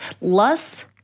lust